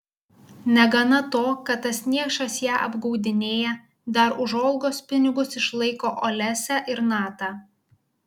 negana to kad tas niekšas ją apgaudinėja dar už olgos pinigus išlaiko olesią ir natą